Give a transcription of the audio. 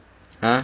!huh!